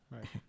Right